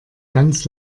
ganz